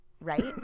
right